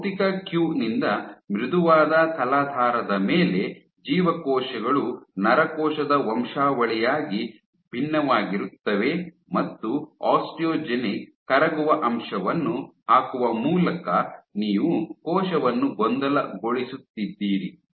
ಭೌತಿಕ ಕ್ಯೂ ನಿಂದ ಮೃದುವಾದ ತಲಾಧಾರದ ಮೇಲೆ ಜೀವಕೋಶಗಳು ನರಕೋಶದ ವಂಶಾವಳಿಯಾಗಿ ಭಿನ್ನವಾಗಿರುತ್ತವೆ ಮತ್ತು ಆಸ್ಟಿಯೋಜೆನಿಕ್ ಕರಗುವ ಅಂಶವನ್ನು ಹಾಕುವ ಮೂಲಕ ನೀವು ಕೋಶವನ್ನು ಗೊಂದಲಗೊಳಿಸುತ್ತಿದ್ದೀರಿ